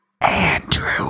andrew